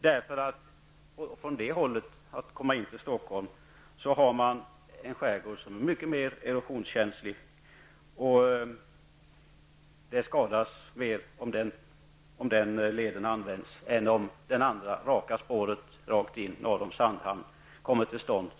När man kommer in till Stockholm från det hållet befinner man sig i en skärgård som är mycket mer erosionskänslig. Man gör mer skada om man använder den leden än om den andra leden -- raka spåret norr om Sandhamn, som det här är tal om -- kommer till stånd.